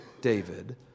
david